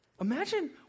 imagine